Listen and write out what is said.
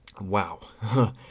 Wow